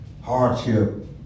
Hardship